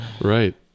right